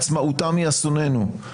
עצמאותם היא אסוננו,